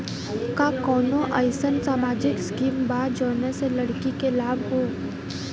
का कौनौ अईसन सामाजिक स्किम बा जौने से लड़की के लाभ हो?